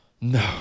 No